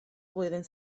flwyddyn